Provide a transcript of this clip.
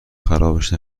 خرابش